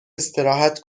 استراحت